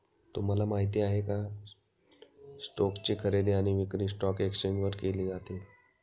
तुम्हाला माहिती आहे का? स्टोक्स ची खरेदी आणि विक्री स्टॉक एक्सचेंज वर केली जाते